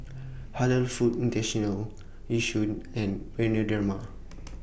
Halal Foods International Yishion and Bioderma